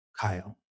Kyle